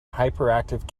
hyperactive